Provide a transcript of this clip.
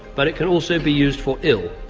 but it can also be used for ill.